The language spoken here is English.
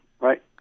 right